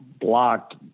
blocked